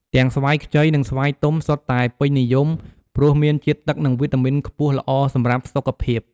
ទាំងស្វាយខ្ចី និងស្វាយទុំ សុទ្ធតែពេញនិយម ព្រោះមានជាតិទឹក និងវីតាមីនខ្ពស់ ល្អសម្រាប់សុខភាព។